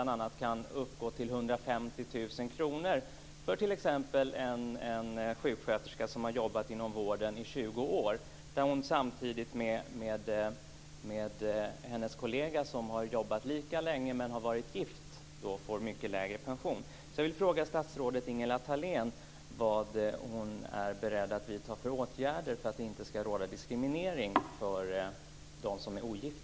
Det kan uppgå till 150 000 kr för t.ex. en sjuksköterska som har jobbat inom vården i 20 år om man jämför med hennes kollega som har jobbat lika länge och varit gift.